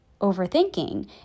overthinking